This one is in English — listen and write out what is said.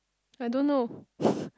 I don't know